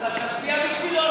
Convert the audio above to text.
אתה מצביע בשבילו,